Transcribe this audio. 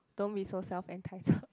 don't be so self entitled